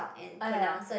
ya